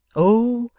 oh,